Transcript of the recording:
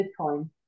Bitcoin